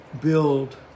build